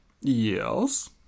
Yes